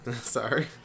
Sorry